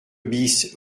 bis